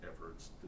efforts